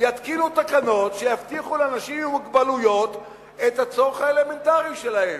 יתקינו תקנות שיבטיחו לאנשים עם מוגבלויות את הצורך האלמנטרי שלהם.